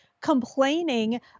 complaining